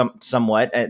somewhat